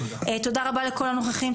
תודה רבה לכל הנוכחים,